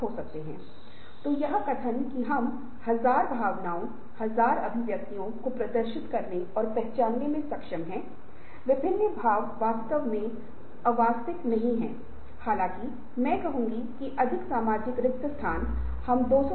हाल ही में अनुसंधान विद्वान घटनाओं और अनुसंधान घटनाओं का एक मॉड्यूल प्रसंस्करण को जोड़ा गया जो कि एक वृद्धिशील परिवर्तन है